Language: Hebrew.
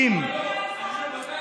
מתי שר המשפטים,